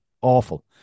Awful